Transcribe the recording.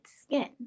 Skin